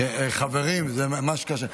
חברים, זה ממש קשה.